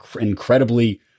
incredibly